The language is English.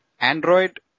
Android